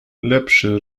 lepszy